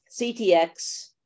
CTX